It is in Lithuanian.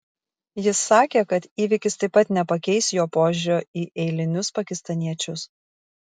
jis sakė kad įvykis taip pat nepakeis jo požiūrio į eilinius pakistaniečius